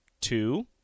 two